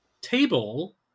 table